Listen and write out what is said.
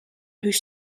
hûs